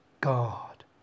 God